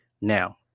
Now